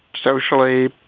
socially.